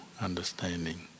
understanding